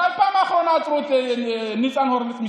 מתי בפעם האחרונה עצרה המשטרה את ניצן הורוביץ?